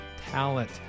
talent